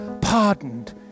pardoned